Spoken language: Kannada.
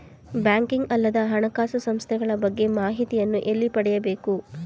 ಬ್ಯಾಂಕಿಂಗ್ ಅಲ್ಲದ ಹಣಕಾಸು ಸಂಸ್ಥೆಗಳ ಬಗ್ಗೆ ಮಾಹಿತಿಯನ್ನು ಎಲ್ಲಿ ಪಡೆಯಬೇಕು?